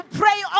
pray